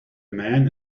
man